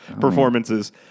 performances